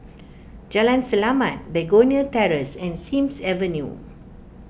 Jalan Selamat Begonia Terrace and Sims Avenue